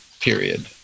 period